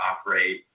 operate